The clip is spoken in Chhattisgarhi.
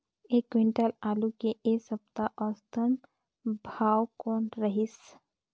एक क्विंटल आलू के ऐ सप्ता औसतन भाव कौन रहिस?